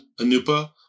Anupa